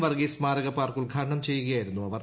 വർഗീസ് സ്മാരക പാർക്ക് ഉദ്ഘാടനം ചെയ്യുകയായിരുന്നു അവർ